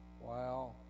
Wow